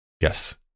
Yes